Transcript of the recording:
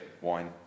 wine